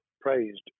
praised